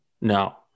No